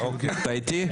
אתה איתי?